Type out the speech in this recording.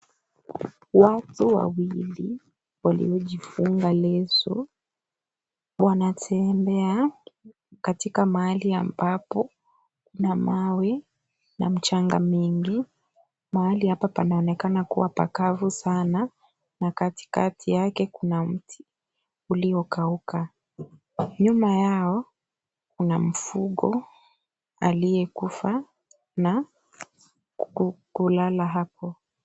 Watu wawili waliojifunga leso wanatembea katika mahali ambapo kuna mawe na mchanga mingi. Mahali hapa panaoneka kuwa pakavu sana na katikati yake kuna mti uliokauka . Nyuma yao kuna mfugo aliyekufa na kulala hapo.